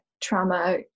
trauma